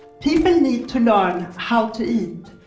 people need to learn how to eat,